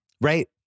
Right